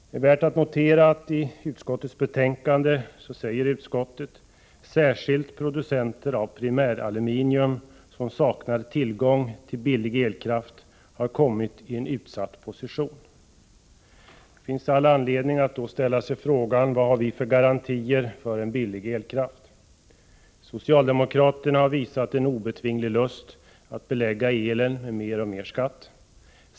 Det är värt att notera att det i utskottets betänkande sägs att särskilt producenter av primäraluminium som saknar tillgång till billig elkraft har hamnat i en utsatt position. Det finns all anledning att ställa frågan vad vi har för garantier för en billig elkraft. Socialdemokraterna har visat en obetvinglig lust att belägga elen med mer och mer skatt.